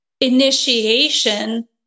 initiation